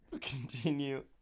continue